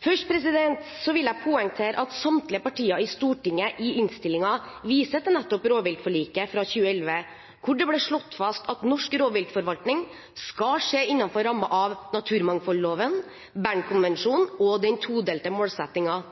Først vil jeg poengtere at samtlige partier i Stortinget i innstillingen viser til nettopp rovviltforliket fra 2011, da det ble slått fast: «Norsk rovviltforvaltning skal skje innenfor rammen av bestemmelsene i naturmangfoldloven , Bernkonvensjonen og den todelte